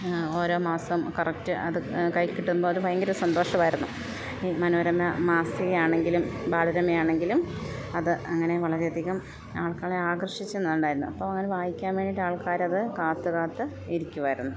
ഓരോ മാസം കറക്റ്റ് അത് കൈയിൽ കിട്ടുമ്പോൾ അത് ഭയങ്കര സന്തോഷമായിരുന്നു ഈ മനോരമ മാസികയാണെങ്കിലും ബാലരമയാണെങ്കിലും അത് അങ്ങനെ വളരെയധികം ആളുകളെ ആകർഷിച്ചുന്നുണ്ടായിരുന്നു അപ്പം അങ്ങനെ വായിക്കാൻ വേണ്ടിയിട്ട് ആൾക്കാരത് കാത്ത് കാത്ത് ഇരിക്കുമായിരുന്നു